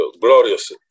glorious